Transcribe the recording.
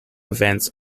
events